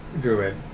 Druid